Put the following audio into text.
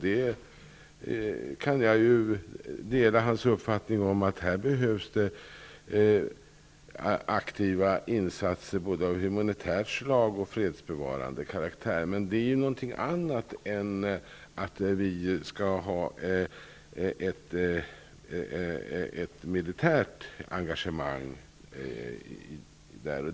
Jag kan dela hans uppfattning att det behövs aktiva insatser både av humanitärt slag och fredsbevarande karaktär. Det är emellertid något annat än att vi skall ha ett militärt engagemang.